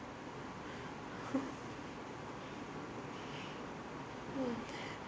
mm